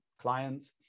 clients